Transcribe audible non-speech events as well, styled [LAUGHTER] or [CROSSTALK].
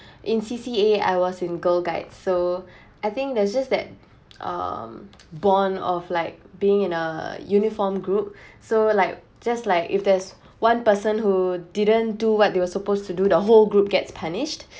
[BREATH] in C_C_A I was in girl guides so [BREATH] I think there's just that um born of like being in a uniform group [BREATH] so like just like if there is one person who didn't do what they were supposed to do the whole group gets punished